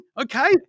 okay